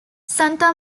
santa